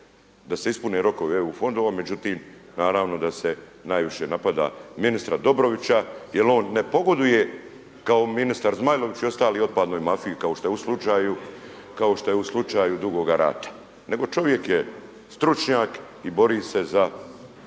da se ispune rokovi eu fondova, međutim naravno da se najviše napada ministra Dobrovića jer on ne pogoduje kao ministar Zmajlović i ostaloj otpadnoj mafiji kao što je u slučaju Dugoga Rata, nego čovjek je stručnjak i bori se za